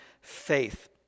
faith